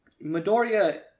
Midoriya